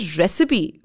recipe